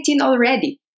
already